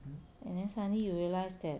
and then suddenly you realise that